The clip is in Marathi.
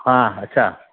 हां अच्छा